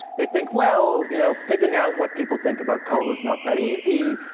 they think, well, you know, figuring out what people think about cola's not that easy.